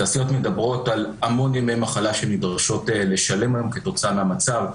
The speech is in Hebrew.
התעשיות מדברות על המון ימי מחלה שהן נדרשות לשלם להם כתוצאה מהמצב,